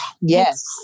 Yes